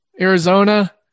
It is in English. Arizona